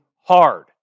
hard